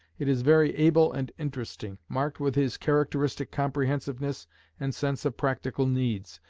it is very able and interesting marked with his characteristic comprehensiveness and sense of practical needs,